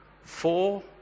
four